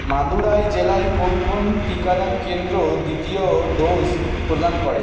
মাদুরাই জেলায় কোন কোন টিকাদান কেন্দ্র দ্বিতীয় ডোজ প্রদান করে